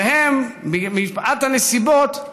ומפאת הנסיבות הם